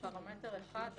זה פרמטר אחד,